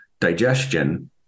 digestion